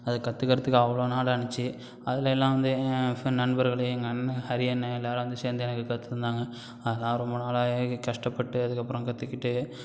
அது கற்றுக்கறதுக்கு அவ்வளோ நாள் ஆச்சு அதுலல்லாம் வந்து நண்பர்களும் எங்கள் அண்ணன் ஹரியண்ணன் எல்லோரும் வந்து சேர்ந்து எனக்கு கற்றுத்தந்தாங்க அதெல்லாம் ரொம்ப நாளாவே கஷ்டப்பட்டு அதுக்கப்புறம் கற்றுக்கிட்டு